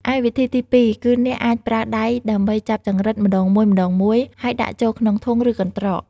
ឯវិធីទីពីរ គឺអ្នកអាចប្រើដៃដើម្បីចាប់ចង្រិតម្តងមួយៗ ហើយដាក់ចូលក្នុងធុង ឬកន្ត្រក។